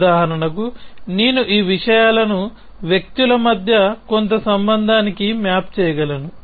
ఉదాహరణకు నేను ఈ విషయాలను వ్యక్తుల మధ్య కొంత సంబంధానికి మ్యాప్ చేయగలను